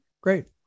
Great